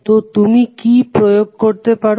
তো তুমি কি প্রয়োগ করতে পারো